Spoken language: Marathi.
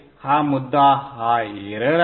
हा मुद्दा हा एरर आहे